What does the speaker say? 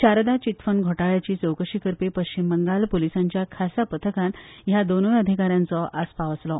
Sharda chit fund घोटाळ्यांची चवकशी करपी अस्तंत बंगाल पूलिसांच्या खासा पंगडान ह्या दोनूय अधिका यांचो आसपाव आसलो